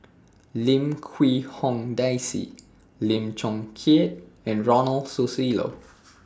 Lim Quee Hong Daisy Lim Chong Keat and Ronald Susilo